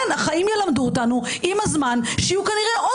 החיים ילמדו אותנו עם הזמן שיהיו כנראה עוד